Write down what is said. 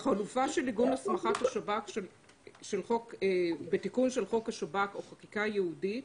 לחלופה של עיגון הסמכת השב"כ בתיקון של חוק השב"כ או בחקיקה ייעודית,